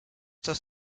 das